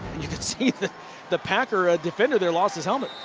you can see the the packer ah defender there lost his helmet.